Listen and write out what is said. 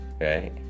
right